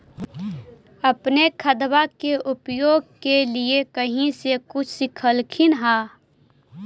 अपने खादबा के उपयोग के लीये कही से कुछ सिखलखिन हाँ?